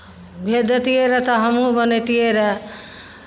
भेज दैतियै रहए तऽ हमहूँ बनैतियै रहए